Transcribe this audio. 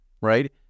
Right